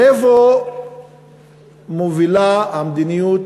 לאן מובילה המדיניות